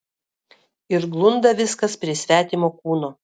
ir glunda viskas prie svetimo kūno